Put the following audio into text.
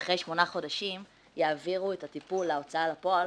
שאחרי שמונה חודשים יעבירו את הטיפול להוצאה לפועל